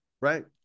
Right